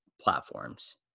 platforms